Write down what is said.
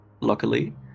luckily